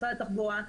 משרד התחבורה,